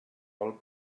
vol